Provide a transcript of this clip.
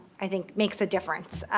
i think makes a difference.